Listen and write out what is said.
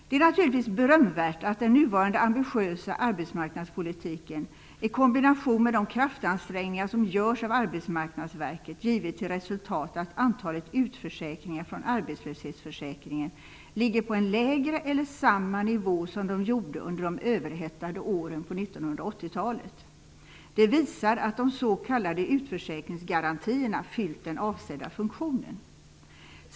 Det är naturligtvis berömvärt att den nuvarande ambitiösa arbetsmarknadspolitiken, i kombination med de kraftansträngningar som görs av Arbetsmarknadsverket, givit till resultat att antalet utförsäkringar från arbetslöshetsförsäkringen ligger på en lägre eller samma nivå som de gjorde under de överhettade åren på 1980-talet. Det visar att de s.k. utförsäkringsgarantierna fyllt den avsedda funktionen.